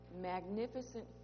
magnificent